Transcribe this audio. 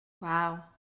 Wow